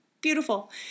beautiful